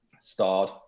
starred